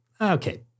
okay